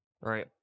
Right